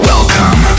Welcome